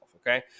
okay